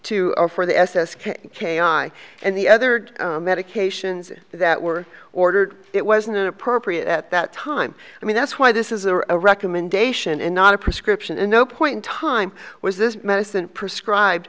two are for the s s k k i and the other medications that were ordered it wasn't appropriate at that time i mean that's why this is a recommendation and not a prescription and no point in time was this medicine prescribed